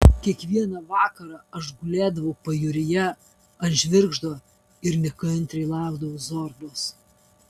kiekvieną vakarą aš gulėdavau pajūryje ant žvirgždo ir nekantriai laukdavau zorbos